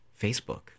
Facebook